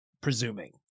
presuming